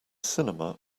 cinema